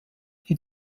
die